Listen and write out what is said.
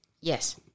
Yes